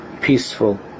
peaceful